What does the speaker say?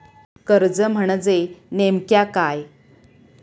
कर्ज म्हणजे नेमक्या काय?